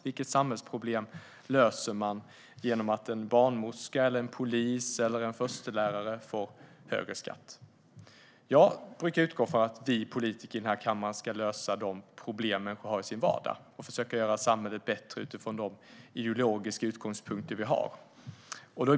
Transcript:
Vilket samhällsproblem löser man genom att en barnmorska, en polis eller en förstelärare får högre skatt? Jag brukar utgå från att vi politiker här i kammaren ska lösa de problem människor har i sin vardag och försöka göra samhället bättre utifrån de ideologiska utgångspunkter vi har.